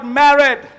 married